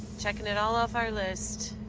checking it all off our list.